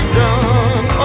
done